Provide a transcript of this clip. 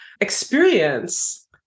experience